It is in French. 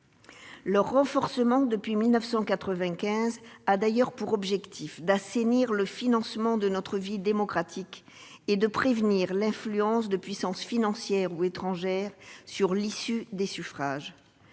Leur renforcement, depuis 1995, a d'ailleurs pour objectif d'assainir le financement de notre vie démocratique et de prévenir l'influence de puissances financières ou étrangères sur l'issue des suffrages.